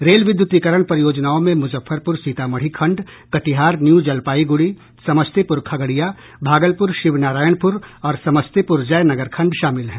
rail विद्युतीकरण परियोजनाओं में मुजफ्फरपुर सीतामढ़ी खंड कटिहार न्यू जलपाईगुड़ी समस्तीपुर खगडिया भागलपुर शिवनारायणपुर समस्तीपूर जयनगर खंड शामिल हैं